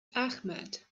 ahmed